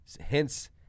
Hence